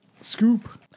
scoop